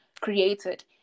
created